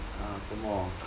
!huh! 做么